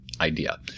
idea